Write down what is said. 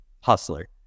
hustler